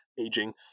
aging